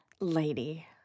Lady